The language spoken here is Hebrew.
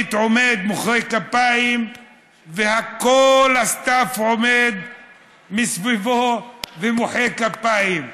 הקברניט עומד ומוחא כפיים וכל ה-Staff עומד מסביבו ומוחא כפיים.